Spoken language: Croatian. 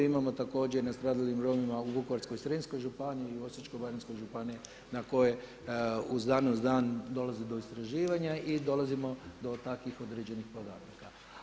Imamo također nastradalim Romima u Vukovarsko-srijemskoj županiji i u Osječko-baranjskoj županiji na kojoj iz dana u dan dolazi do istraživanja i dolazimo do takvih određenih podataka.